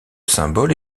symbole